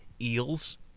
Eels